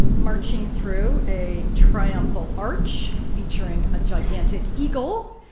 marching through a triumphal arch, featuring a gigantic eagle,